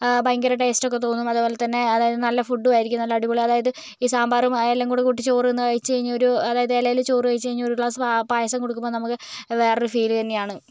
ഭയങ്കര ടേസ്റ്റൊക്കെ തോന്നും അതുപോലെത്തന്നെ അതായത് നല്ല ഫുഡും ആയിരിക്കും നല്ല അടിപൊളി അതായത് ഈ സാമ്പാറും അതെല്ലാം കൂടി കൂട്ടി ചോറ് കഴിച്ചു കഴിഞ്ഞാൽ ഒരു അതായത് ഇലയിൽ ചോറ് കഴിച്ച് കഴിഞ്ഞ് ഒരു ഗ്ലാസ് പായസം കുടിക്കുമ്പോൾ നമുക്ക് വേറൊരു ഫീൽ തന്നെയാണ്